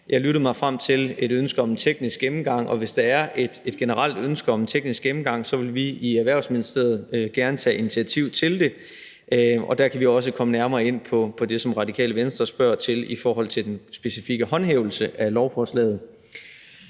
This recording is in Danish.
Jeg lyttede mig frem til et ønske om en teknisk gennemgang, og hvis der er et generelt ønske om en teknisk gennemgang, vil vi i Erhvervsministeriet gerne tage initiativ til det. Der kan vi også komme nærmere ind på det, som Radikale Venstre spørger til i forhold til den specifikke håndhævelse af lovforslaget.